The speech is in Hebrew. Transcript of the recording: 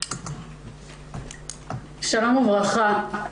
שלום וברכה,